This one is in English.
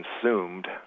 consumed